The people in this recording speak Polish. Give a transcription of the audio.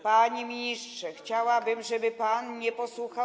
Panie ministrze, chciałabym, żeby pan mnie posłuchał.